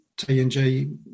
TNG